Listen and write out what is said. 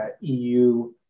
EU